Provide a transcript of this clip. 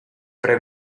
pre